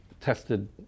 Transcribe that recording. tested